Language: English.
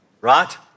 right